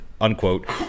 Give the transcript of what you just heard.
unquote